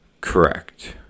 Correct